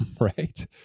right